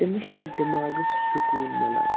أمِس چھِ دٮ۪ماغَس سکوٗن مِلان